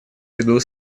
виду